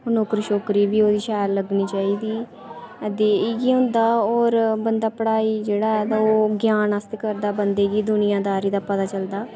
ते ओह्दी नौकरी बी शैल लग्गनी चाहिदी ते इयै होंदा होर बंदा पढ़ाई जेह्ड़ा ऐ तां ओह् ज्ञान आस्तै करदा बंदे गी